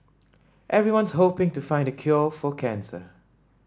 everyone's hoping to find the cure for cancer